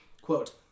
Quote